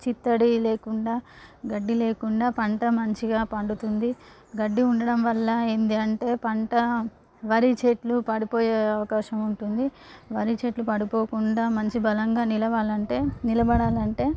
చిత్తడి లేకుండా గడ్డి లేకుండా పంట మంచిగా పండుతుంది గడ్డి ఉండడం వల్ల ఏంది అంటే పంట వరి చెట్లు పడిపోయే అవకాశం ఉంటుంది వరి చెట్లు పడిపోకుండా మంచి బలంగా నిలవాలంటే నిలబడాలంటే